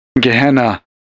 Gehenna